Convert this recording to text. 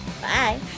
bye